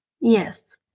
yes